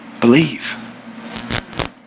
believe